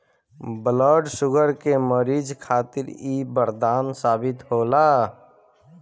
blood sugar के मरीज खातिर इ बरदान साबित होला